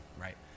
Right